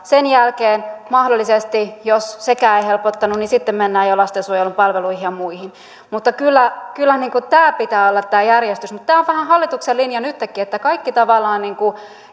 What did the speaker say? sen jälkeen mahdollisesti jos sekään ei helpottanut mentiin jo lastensuojelun palveluihin ja muihin mutta kyllä kyllä tämän pitää olla järjestys mutta tämä on vähän hallituksen linja nyttenkin että tavallaan kaikki